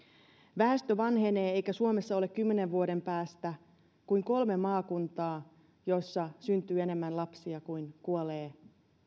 väestö vanhenee eikä suomessa ole kymmenen vuoden päästä kuin kolme maakuntaa joissa syntyy enemmän lapsia kuin kuolee